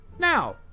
Now